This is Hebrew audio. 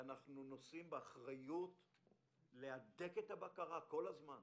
אנחנו נושאים באחריות להדק את הבקרה כל הזמן,